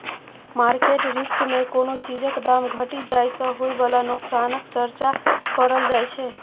market risk मे कोनो चीजक दाम घटि जाइ सँ होइ बला नोकसानक चर्चा करल जाइ छै